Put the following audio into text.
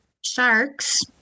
sharks